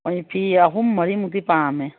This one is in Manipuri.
ꯍꯣꯏꯅꯦ ꯐꯤ ꯑꯍꯨꯝ ꯃꯔꯤꯃꯨꯛꯇꯤ ꯄꯥꯝꯃꯦ